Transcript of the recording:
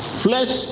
flesh